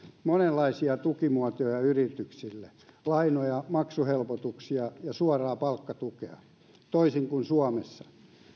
monenlaisia tukimuotoja yrityksille lainoja maksuhelpotuksia ja suoraa palkkatukea toisin kuin suomessa